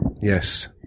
Yes